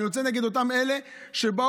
אני יוצא נגד אותם אלה שבאו,